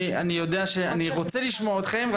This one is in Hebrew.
אני רוצה לשמוע אתכם,